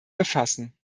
befassen